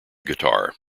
guitar